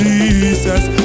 Jesus